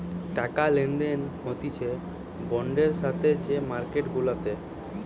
টাকা লেনদেন হতিছে বন্ডের সাথে যে মার্কেট গুলাতে